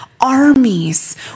Armies